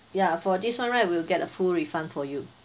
ya for this one right we'll get a full refund for you